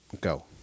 go